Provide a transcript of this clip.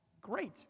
Great